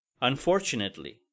unfortunately